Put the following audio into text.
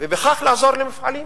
ובכך לעזור למפעלים